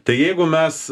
tai jeigu mes